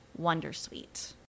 wondersuite